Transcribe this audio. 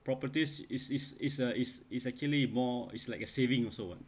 properties is is is is is actually more is like a saving also [what]